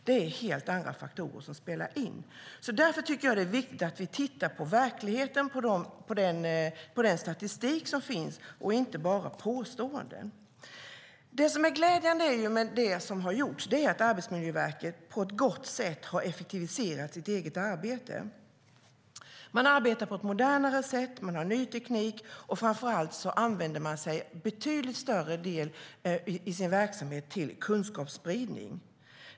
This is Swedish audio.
Det är helt andra faktorer som spelar in. Därför tycker jag att det är viktigt att vi tittar på verkligheten, på den statistik som finns, och inte bara kommer med påståenden. Det som är glädjande med det som har gjorts är att Arbetsmiljöverket på ett gott sätt har effektiviserat sitt eget arbete. Man arbetar på ett modernare sätt, man har ny teknik och framför allt använder man en betydligt större del av sin verksamhet till kunskapsspridning.